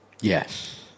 Yes